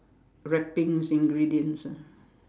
wrappings ingredients ah